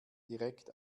direkt